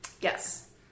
Yes